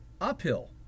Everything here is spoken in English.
uphill